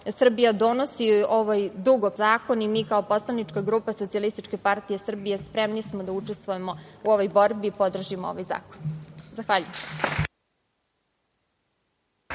Srbija donosi ovaj dugo pripreman zakon i mi kao Poslanička grupa Socijalističke partije Srbije spremni smo da učestvujemo u ovoj borbi i podržimo ovaj zakon. Zahvaljujem.